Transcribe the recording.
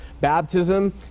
Baptism